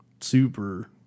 Super